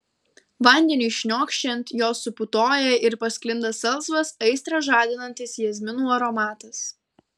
vandeniui šniokščiant jos suputoja ir pasklinda salsvas aistrą žadinantis jazminų aromatas